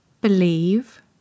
believe